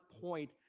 point